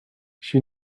she